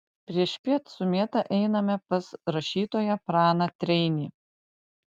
priešpiet su mėta einame pas rašytoją praną treinį